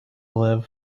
live